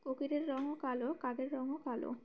কোকিলের রঙও কালো কাকের রঙও কালো